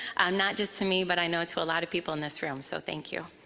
not just to me, but i know to a lot of people in this room. so thank you.